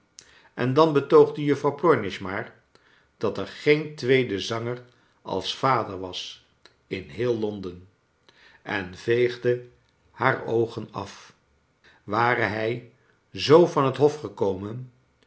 en dan betoogde juffrouw plornish maar dat er geen tweede zanger als vader was in heel londen en veegde haar oogen af ware hij zoo van het hof gekomen